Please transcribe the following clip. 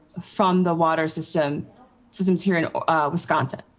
from the water system systems here in wisconsin.